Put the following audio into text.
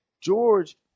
George